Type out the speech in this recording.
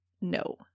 no